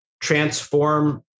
transform